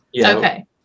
okay